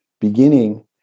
beginning